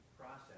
process